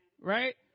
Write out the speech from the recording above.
right